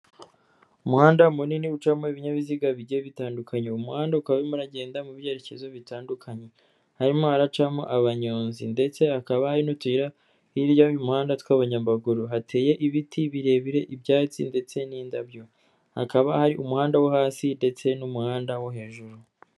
Umuhanda munini ucamo ibinyabiziga bijye bitandukanye. Uwo muhanda ukaba urimo uragenda mu byerekezo bitandukanye. Harimo hacamo abanyonzi. Ndetse hakaba hari n'utuyira hirya y'umuhanda tw'abanyamaguru. Hateye ibiti birebire ibyatsi ndetse n'indabyo. Hakaba hari umuhanda wo hasi ndetse n'umuhanda wo hejuru.